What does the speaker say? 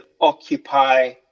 occupy